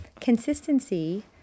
consistency